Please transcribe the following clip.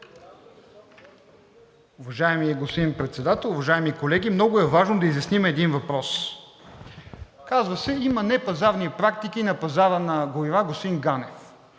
Уважаеми господин Председател, уважаеми колеги! Много е важно да изясним един въпрос. Казва се: има непазарни практики на пазара на горива, господин Ганев.